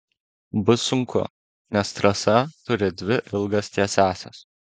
bus sunku nes trasa turi dvi ilgas tiesiąsias